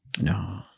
No